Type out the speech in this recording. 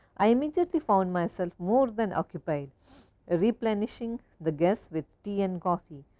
i immediately found myself more than occupied replenishing the guests with tea and coffee.